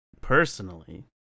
personally